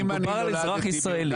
מדובר על אזרח ישראלי.